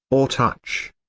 or touch.